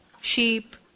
Sheep